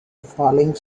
falling